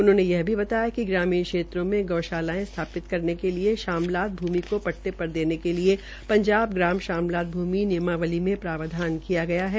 उन्होंने यह भी बताया कि ग्रामीण क्षेत्रों में गोशालायें स्थापित करने के लिए शामलात भूमि को पट्टो पर देने के लिए पंजाब ग्राम शामलात भूमि नियमावली में प्रावधान किया गया है